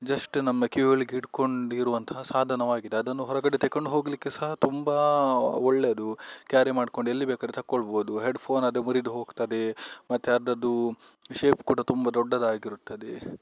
just ನಮ್ಮ ಕಿವಿಯೊಳಗೆ ಹಿಡ್ಕೊಂಡಿರುವಂತಹ ಸಾಧನವಾಗಿದೆ ಅದನ್ನು ಹೊರಗಡೆ ತಗೊಂಡು ಹೋಗಲಿಕ್ಕೆ ಸಹ ತುಂಬ ಒಳ್ಳೆಯದು ಕ್ಯಾರಿ ಮಾಡ್ಕೊಂಡು ಎಲ್ಲಿ ಬೇಕಾದರೆ ತಗೊಳ್ಬೋದು ಹೆಡ್ ಫೋನಾದರೆ ಮುರಿದು ಹೋಗ್ತದೆ ಮತ್ತೆ ಅದರದ್ದು ಶೇಪ್ ಕೂಡ ತುಂಬ ದೊಡ್ಡದಾಗಿರುತ್ತದೆ